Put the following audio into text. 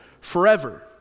forever